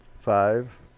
Five